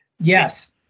Yes